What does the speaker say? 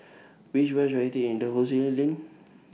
Which Bus should I Take in Dalhousie Lane